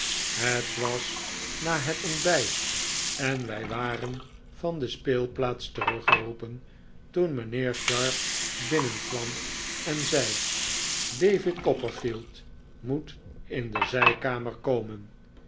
het was na het ontbijt en wij waren van de speelplaats teruggeroepen toen mijnheer sharp binnenkwam en zei david copperfield moet in de zijkamer komen